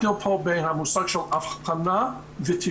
צריכים להבדיל פה בין המושג של אבחנה ותפקוד.